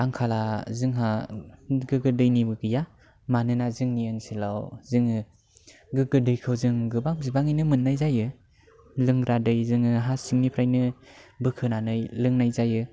आंखाला जोंहा गोगो दैनिबो गैया मानोना जोंनि ओनसोलाव जोङो गोगो दैखौ जों गोबां बिबाङैनो मोननाय जायो लोंग्रा दै जोङो हा सिंनिफ्रायनो बोखोनानै लोंनाय जायो